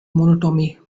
monotony